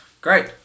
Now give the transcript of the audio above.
Great